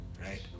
Right